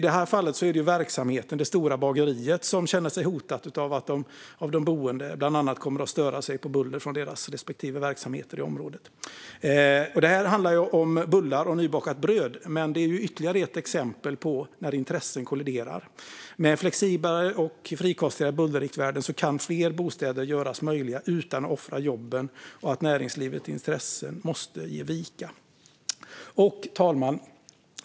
Det är i det här fallet det stora bageriet som känner sig hotat av att de boende bland annat kommer att störa sig på buller från dess respektive verksamheter i området. Det här handlar om bullar och nybakat bröd men är också ytterligare ett exempel på när intressen kolliderar. Med flexiblare och frikostigare bullerriktvärden kan fler bostäder göras möjliga utan att man offrar jobben och att näringslivets intressen måste ge vika.